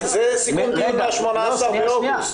זה סיכום דיון מה-18 באוגוסט.